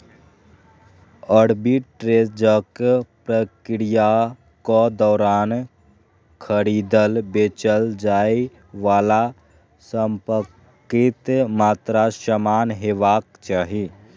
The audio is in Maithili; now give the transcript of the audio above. आर्बिट्रेजक प्रक्रियाक दौरान खरीदल, बेचल जाइ बला संपत्तिक मात्रा समान हेबाक चाही